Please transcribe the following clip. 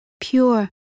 pure